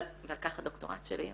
ועל כך הדוקטורט שלי,